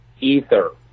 Ether